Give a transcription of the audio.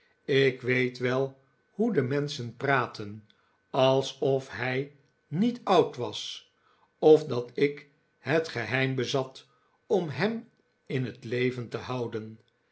ik weet wel hoe de menschen praten alsof hij niet oud was of dat ik het geheim bezat om hem in het leven te houden